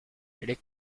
les